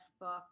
book